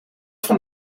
van